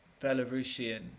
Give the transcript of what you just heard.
Belarusian